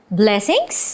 blessings